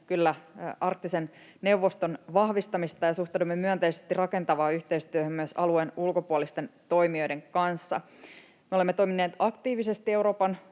kyllä Arktisen neuvoston vahvistamista ja suhtaudumme myönteisesti rakentavaan yhteistyöhön myös alueen ulkopuolisten toimijoiden kanssa. Me olemme toimineet aktiivisesti Euroopan